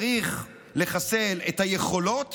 צריך לחסל את היכולות